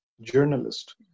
journalist